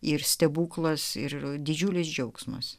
ir stebuklas ir didžiulis džiaugsmas